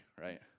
right